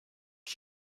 our